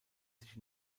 sich